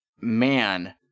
man